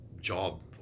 job